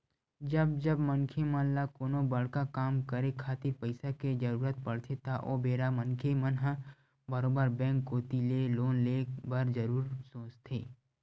जब जब मनखे मन ल कोनो बड़का काम करे खातिर पइसा के जरुरत पड़थे त ओ बेरा मनखे मन ह बरोबर बेंक कोती ले लोन ले बर जरुर सोचथे